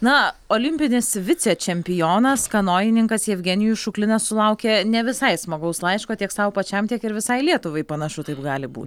na olimpinis vicečempionas kanojininkas jevgenijus šuklinas sulaukė ne visai smagaus laiško tiek sau pačiam tiek ir visai lietuvai panašu taip gali bū